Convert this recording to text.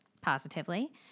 positively